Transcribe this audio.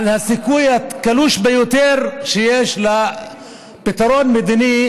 הסיכוי הקלוש ביותר שיש לפתרון מדיני